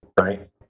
right